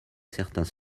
certains